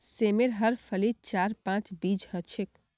सेमेर हर फलीत चार पांच बीज ह छेक